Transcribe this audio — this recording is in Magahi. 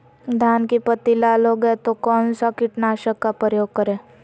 धान की पत्ती लाल हो गए तो कौन सा कीटनाशक का प्रयोग करें?